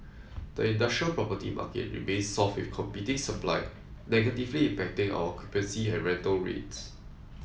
the industrial property market remains soft with competing supply negatively impacting our occupancy and rental rates